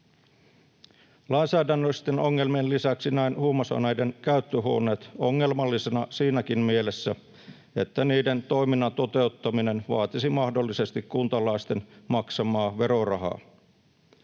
Lainsäädännöllisten ongelmien lisäksi näen huumausaineiden käyttöhuoneet ongelmallisena siinäkin mielessä, että niiden toiminnan toteuttaminen vaatisi mahdollisesti kuntalaisten maksamaa verorahaa.